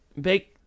big